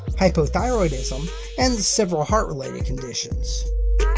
hypothyroidism and several heart-related conditions.